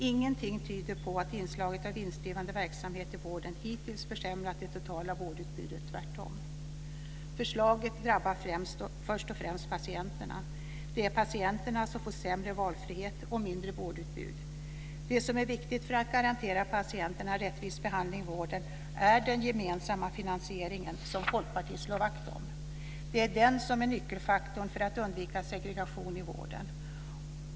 Ingenting tyder på att inslaget av vinstdrivande verksamhet i vården hittills försämrat det totala vårdutbudet - tvärtom. Förslaget drabbar först och främst patienterna. Det är patienterna som får sämre valfrihet och mindre vårdutbud. Det som är viktigt för att garantera patienterna en rättvis behandling i vården är den gemensamma finansieringen - som Folkpartiet slår vakt om. Det är den som är nyckelfaktorn för att undvika segregation i vården.